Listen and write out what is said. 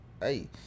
hey